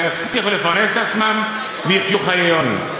לא יצליחו לפרנס את עצמם ויחיו חיי עוני.